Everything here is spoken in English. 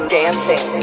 dancing